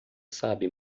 sabe